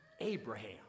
Abraham